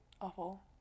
awful